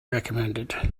recommended